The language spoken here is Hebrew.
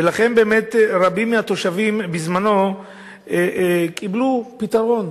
ולכן, באמת רבים מהתושבים בזמנו קיבלו פתרון